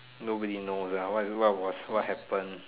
nobody knows ah what what was what happen